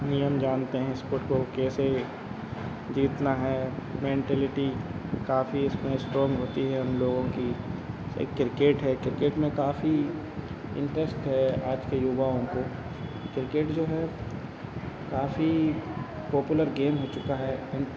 नियम जानते हैं इस्पोट को कैसे जीतना है मेन्टेलिटी काफ़ी इसमें स्ट्रॉन्ग होती है उन लोगों की से क्रिकेट है क्रिकेट में काफ़ी इन्टरस्ट है आज के युवाओं को क्रिकेट जो है काफ़ी पोपुलर गेम हो चुका है इन